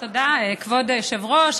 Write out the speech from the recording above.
תודה, כבוד היושב-ראש.